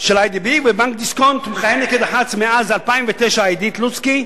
של "איי.די.בי"; בבנק דיסקונט מכהנת כדח"צ מאז 2009 עידית לוצקי,